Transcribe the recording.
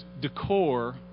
decor